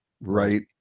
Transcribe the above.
Right